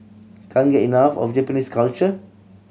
can't get enough of Japanese culture